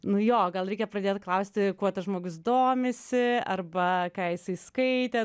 nu jojo gal reikia pradėti klausti kuo tas žmogus domisi arba ką jisai skaitė